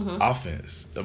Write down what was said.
offense